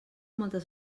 moltes